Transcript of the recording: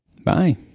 Bye